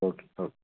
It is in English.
okay okay